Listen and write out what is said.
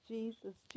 Jesus